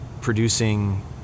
producing